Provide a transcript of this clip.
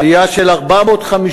עלייה של 450,000